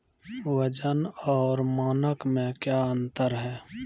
वजन और मानक मे क्या अंतर हैं?